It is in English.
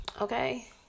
okay